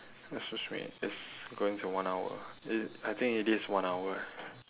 excuse me it's going to one hour it I think it is one hour eh